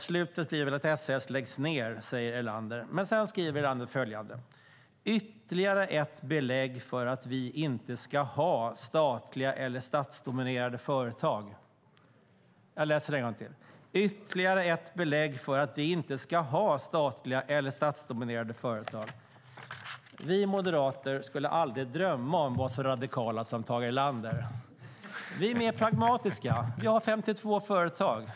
- Slutet blir väl att S.A.S skall läggas ner." Det skriver Erlander. Men han skriver också följande: "Ytterligare ett belägg för att vi inte skall ha statliga eller statsdominerade företag." Jag läser det en gång till: "Ytterligare ett belägg för att vi inte skall ha statliga eller statsdomninerade företag." Vi moderater skulle aldrig drömma om att vara så radikala som Tage Erlander. Vi är mer pragmatiska. Vi har 52 företag.